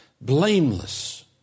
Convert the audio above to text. blameless